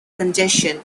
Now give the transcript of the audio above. congestion